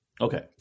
Okay